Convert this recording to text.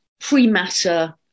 pre-matter